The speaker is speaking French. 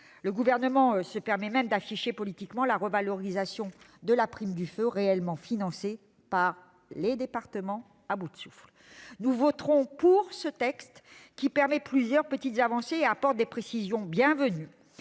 Le Gouvernement se permet même d'afficher politiquement la revalorisation de la prime du feu, financée en réalité par les départements, qui sont à bout de souffle. Nous voterons ce texte, qui permet plusieurs petites avancées et apporte des précisions bienvenues.